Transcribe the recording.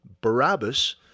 Barabbas